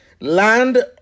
Land